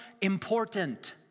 important